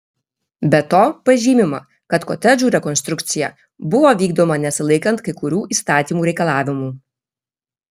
be to pažymima kad kotedžų rekonstrukcija buvo vykdoma nesilaikant kai kurių įstatymų reikalavimų